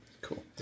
Cool